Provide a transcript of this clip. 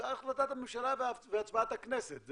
זו החלטת הממשלה בהצבעת הכנסת.